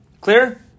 Clear